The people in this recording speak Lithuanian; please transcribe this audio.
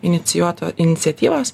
inicijuoto iniciatyvos